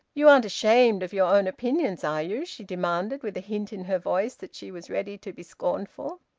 you aren't ashamed of your own opinions, are you? she demanded, with a hint in her voice that she was ready to be scornful.